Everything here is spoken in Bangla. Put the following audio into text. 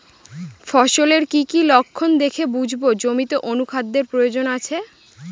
ফসলের কি কি লক্ষণ দেখে বুঝব জমিতে অনুখাদ্যের প্রয়োজন আছে?